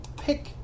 pick